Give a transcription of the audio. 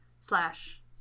slash